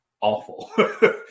awful